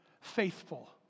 faithful